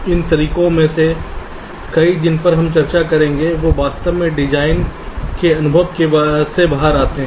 इन तरीकों में से कई जिन पर हम चर्चा करेंगे वे वास्तव में डिजाइन के अनुभव से बाहर आते हैं